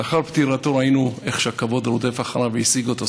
לאחר פטירתו ראינו איך שהכבוד רודף אחריו והשיג אותו,